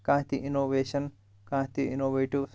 کانٛہہ تہِ اِنوویشَن کانٛہہ تہِ اِنوویٹِو